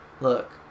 look